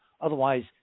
Otherwise